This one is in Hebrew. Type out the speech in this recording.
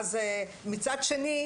אז מצד שני,